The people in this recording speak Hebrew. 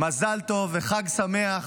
מזל טוב וחג שמח